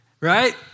Right